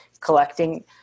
Collecting